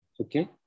Okay